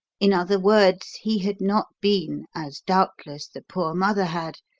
in other words, he had not been, as doubtless the poor mother had,